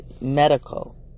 medical